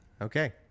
okay